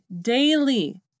daily